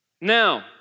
Now